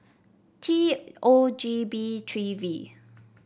T O G B three V